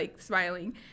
smiling